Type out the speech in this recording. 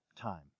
time